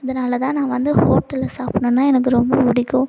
இதனால்தான் நான் வந்து ஹோட்டலில் சாப்பிடுணுன்னா எனக்கு ரொம்ப பிடிக்கும்